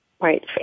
Right